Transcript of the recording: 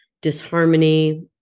disharmony